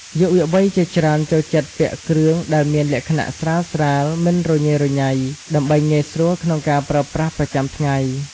យុវវ័យជាច្រើនចូលចិត្តពាក់គ្រឿងដែលមានលក្ខណៈស្រាលៗ មិនរញ៉េរញ៉ៃ ដើម្បីងាយស្រួលក្នុងការប្រើប្រាស់ប្រចាំថ្ងៃ។